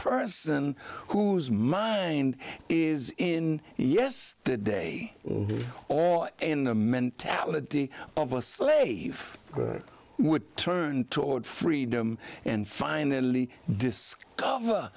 person whose mind is in yes the day or in the mentality of a slave would turn toward freedom and finally discover